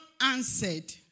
answered